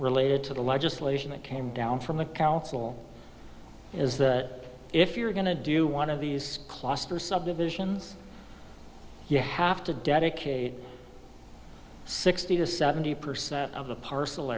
related to the legislation that came down from the council is that if you're going to do you want of these cluster subdivisions you have to dedicate sixty to seventy percent of the parcel